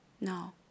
No